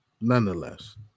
nonetheless